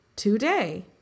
Today